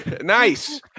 Nice